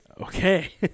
Okay